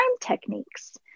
techniques